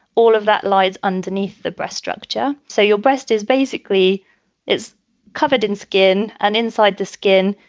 all of that lies underneath the breast structure. so your breast is basically is covered in skin and inside the skin.